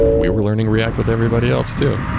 we were learning react with everybody else too.